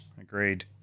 Agreed